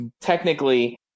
technically